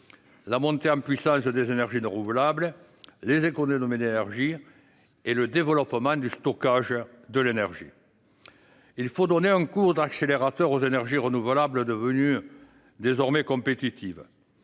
la montée en puissance des énergies renouvelables, les économies d'énergie et le développement du stockage de l'énergie. Il faut donner un coup d'accélérateur aux énergies renouvelables, devenues désormais compétitives.